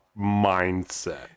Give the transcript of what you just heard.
mindset